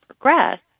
progress